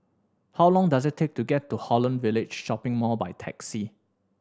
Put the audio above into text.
how long does it take to get to Holland Village Shopping Mall by taxi